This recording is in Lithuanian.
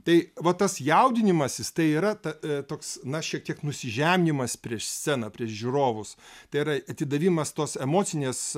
tai va tas jaudinimasis tai yra ta toks na šiek tiek nusižeminimas prieš sceną prieš žiūrovus tai yra atidavimas tos emocinės